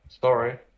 Sorry